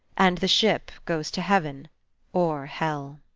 and the ship goes to heaven or hell.